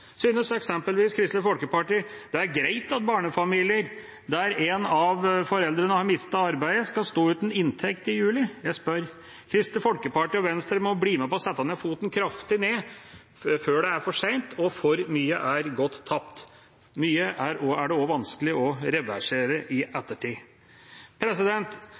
Synes eksempelvis Kristelig Folkeparti det er greit at barnefamilier, der en av foreldrene har mistet arbeidet, skal stå uten inntekt i juli? Jeg spør. Kristelig Folkeparti og Venstre må bli med på å sette foten kraftig ned før det er for sent, og for mye er gått tapt. Mye er det også vanskelig å reversere i ettertid.